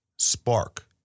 spark